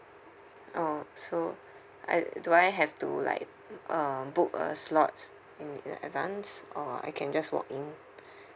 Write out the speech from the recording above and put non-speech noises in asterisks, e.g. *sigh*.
orh so *breath* I do I have to like um book a slot in in advance or I can just walk in *breath*